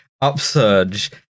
upsurge